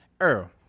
Earl